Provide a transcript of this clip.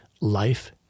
life